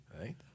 right